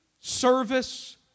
service